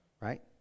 right